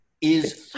is-